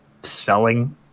selling